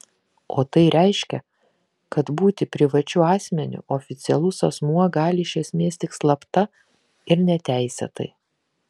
o tai reiškia kad būti privačiu asmeniu oficialus asmuo gali iš esmės tik slapta ir neteisėtai